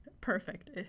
Perfect